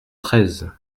treize